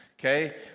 okay